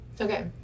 Okay